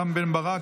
רם בן ברק,